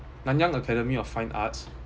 nanyang academy of fine arts